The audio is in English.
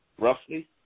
roughly